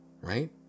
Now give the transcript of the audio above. Right